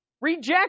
Reject